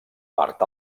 part